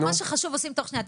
מה שחשוב עושים תוך שנייה.